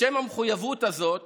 בשם המחויבות הזאת